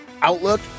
outlook